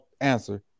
answer